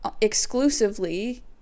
exclusively